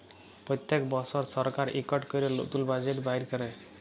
প্যত্তেক বসর সরকার ইকট ক্যরে লতুল বাজেট বাইর ক্যরে